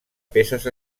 peces